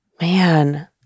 Man